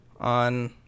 on